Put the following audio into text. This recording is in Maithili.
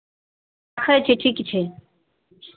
रखै छियै ठीक छै